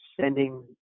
sending